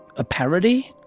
a parody?